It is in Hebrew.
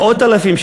מאות אלפים,